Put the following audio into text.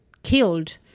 killed